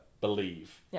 believe